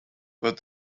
but